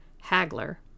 haggler